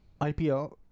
IPL